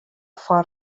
foar